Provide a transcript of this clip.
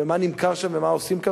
ומה נמכר שם ומה עושים שם,